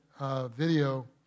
video